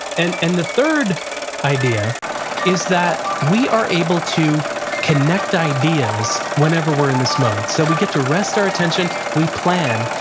and and the third idea is that we are able to connect ideas whenever we're in this mode, so we get to rest our attention, we plan,